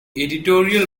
editorial